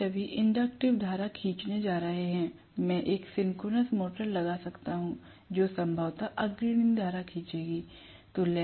वे सभी इंडक्टिव धारा खींचने जा रहे हैं मैं एक सिंक्रोनस मोटर लगा सकता हूं जो संभवत अग्रणी धारा खींचेगी